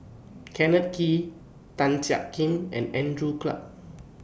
Kenneth Kee Tan Jiak Kim and Andrew Clarke